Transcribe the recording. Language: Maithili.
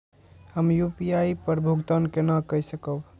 हम यू.पी.आई पर भुगतान केना कई सकब?